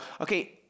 okay